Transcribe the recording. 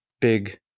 big